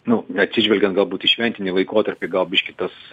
nu atsižvelgiant galbūt į šventinį laikotarpį gal biškį tas